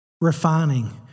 Refining